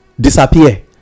disappear